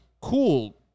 cool